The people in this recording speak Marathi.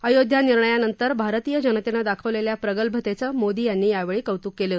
अयोध्या निर्णयानंतर भारतीय जनतेनं दाखवलेल्या प्रगल्भतेचं मोदी यांनी यावेळी कौतूक केलं